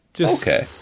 Okay